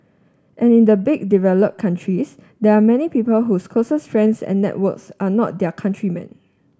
and the big developed countries there are many people whose closest friends and networks are not their countrymen